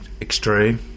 extreme